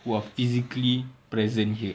who are physically present here